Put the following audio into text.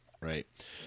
Right